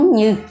như